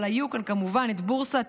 אבל הייתה כאן כמובן בורסת